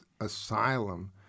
asylum